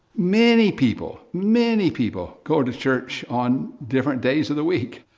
many people, many people, go to church on different days of the week.